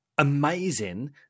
Amazing